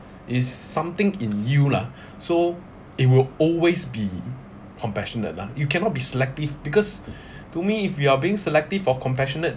is something in you lah so it will always be compassionate lah you cannot be selective because to me if you are being selective for compassionate